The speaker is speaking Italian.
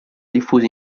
diffusi